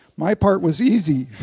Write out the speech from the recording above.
my part was easy.